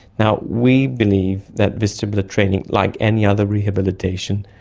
now, we believe that vestibular training, like any other rehabilitation,